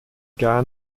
gar